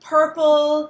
purple